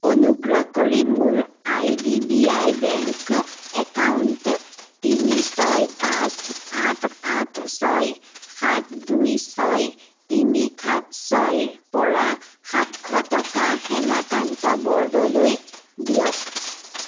অনুগ্ৰহ কৰি মোৰ I D B I bank account তিনি ছয় পাঁচ আঠ আঠ ছয় সাত দুই ছয় তিনি সাত ছয়ৰ পৰা সাতশ টকা হেমাকান্ত বৰদলৈ দিয়ক